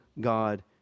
God